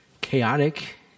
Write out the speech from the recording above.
chaotic